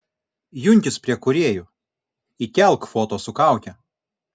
junkis prie kūrėjų įkelk foto su kauke